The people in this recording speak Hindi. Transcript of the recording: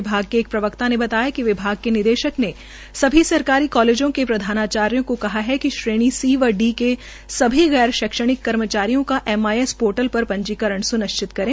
विभाग के एक प्रवक्ता ने बताया कि विभाग के निदेशक ने सभी सरकारी कालेजों के प्रधानाचार्यो को कहा है कि कि श्रेणी सी व डी के सभी गैर शैक्षणिक कर्मचारियों का एमआईएस पोर्टल पर पंजीकरण स्निश्चित करें